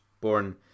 born